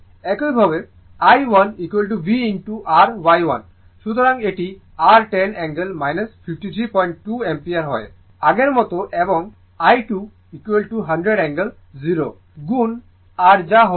সুতরাং এটি r 10 angle 532o ampere হয়ে যাবে আগের মতো এবং I 2100 অ্যাঙ্গেল 0 গুণ r যা হল r Y 2